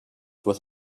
with